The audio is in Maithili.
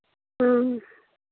ह्म्म